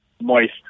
Moist